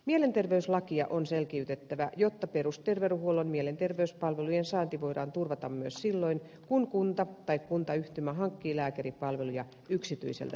mielenterveyslakia on selkiytettävä jotta perusterveydenhuollon mielenterveyspalvelujen saanti voidaan turvata myös silloin kun kunta tai kuntayhtymä hankkii lääkäripalveluja yksityiseltä sektorilta